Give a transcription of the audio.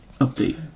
update